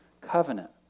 covenant